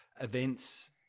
events